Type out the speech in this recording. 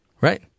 Right